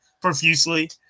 profusely